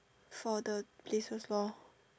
for the places lor